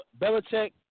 Belichick